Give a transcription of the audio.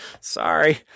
sorry